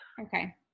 Okay